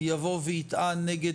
יבוא ויטען נגד